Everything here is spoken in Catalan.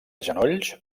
genolls